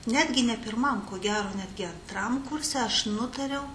netgi ne pirmam ko gero netgi antram kurse aš nutariau